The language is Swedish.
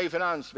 inkomst.